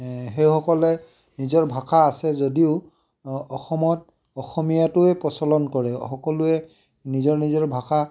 সেইসকলে নিজৰ ভাষা আছে যদিও অসমত অসমীয়াটোৱে প্ৰচলন কৰে সকলোৱে নিজৰ নিজৰ ভাষা